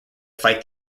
fight